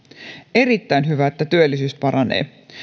erittäin hyvä että työllisyys paranee